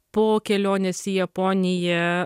po kelionės į japoniją